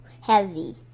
heavy